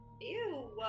Ew